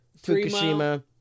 Fukushima